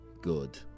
good